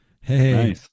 hey